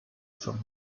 from